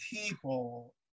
people